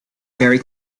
very